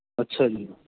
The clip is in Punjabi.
ਅੱਛਾ ਜੀ